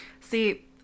See